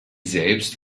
selbst